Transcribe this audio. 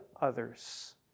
others